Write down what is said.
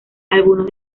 algunos